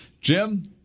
Jim